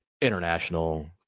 international